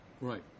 Right